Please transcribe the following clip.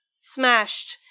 Smashed